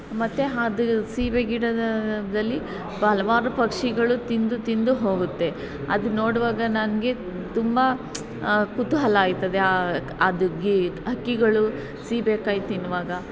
ಮತ್ತು ಅದು ಸೀಬೆ ಗಿಡದಲ್ಲಿ ಹಲವಾರು ಪಕ್ಷಿಗಳು ತಿಂದು ತಿಂದು ಹೋಗುತ್ತೆ ಅದು ನೋಡುವಾಗ ನನಗೆ ತುಂಬ ಕೂತೂಹಲ ಆಗ್ತದೆ ಅದು ಹಕ್ಕಿಗಳು ಸೀಬೆ ಕಾಯಿ ತಿನ್ನುವಾಗ